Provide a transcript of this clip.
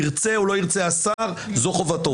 ירצה או לא ירצה השר, זאת חובתו.